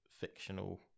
fictional